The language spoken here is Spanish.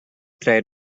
traer